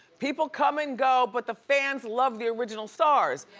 people come and go but the fans love the original stars.